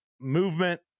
movement